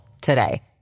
today